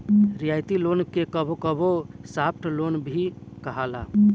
रियायती लोन के कबो कबो सॉफ्ट लोन भी कहाला